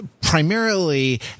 Primarily